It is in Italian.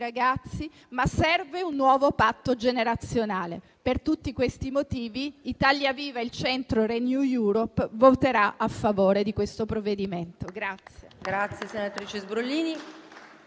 ragazzi, ma serve un nuovo patto generazionale. Per tutti questi motivi, Italia Viva - Il Centro - Renew Europe voterà a favore di questo provvedimento.